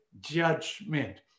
judgment